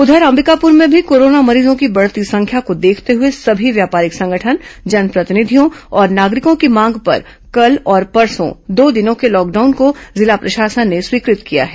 उधर अंबिकापुर में भी कोरोना मरीजों की बढ़ती संख्या को देखते हुए सभी व्यापारिक संगठन जनप्रतिनिधियों और नागरिकों की मांग पर कल और परसों दो दिनों के लॉकडाउन को जिला प्रशासन ने स्वीकार कर लिया है